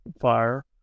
fire